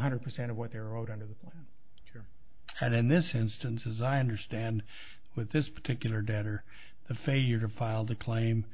hundred percent of what they're owed under the plan that in this instance as i understand with this particular debtor the failure to file the claim